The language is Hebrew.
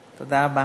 לא,